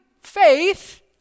faith